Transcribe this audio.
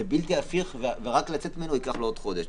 זה בלתי הפיך ורק לצאת ממנו ייקח לו עוד חודש.